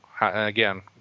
again